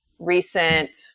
recent